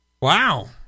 Wow